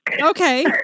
Okay